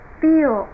feel